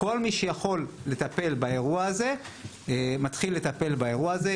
כל מי שיכול לטפל באירוע הזה מתחיל לטפל באירוע הזה.